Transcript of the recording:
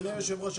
אדוני היושב ראש,